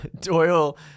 Doyle